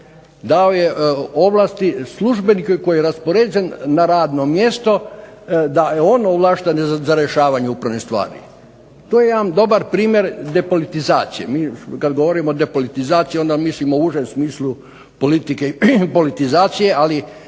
Dao je ovlasti službeniku koji je raspoređen na radno mjesto da je on ovlašten za rješavanje upravnih stvari. To je jedan dobar primjer depolitizacije. Mi kad govorimo o depolitizaciji, onda mislimo u užem smislu politike, i politizacije, ali